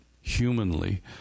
humanly